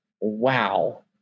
wow